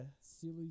Silly